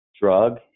drug